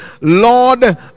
lord